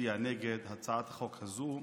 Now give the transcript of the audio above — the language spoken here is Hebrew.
תצביע נגד הצעת החוק הזו,